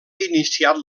iniciat